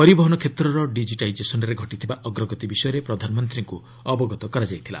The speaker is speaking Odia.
ପରିବହନ କ୍ଷେତ୍ରର ଡିଜିଟାଇଜେସନ୍ରେ ଘଟିଥିବା ଅଗ୍ରଗତି ବିଷୟରେ ପ୍ରଧାନମନ୍ତ୍ରୀଙ୍କୁ ଅବଗତ କରାଯାଇଥିଲା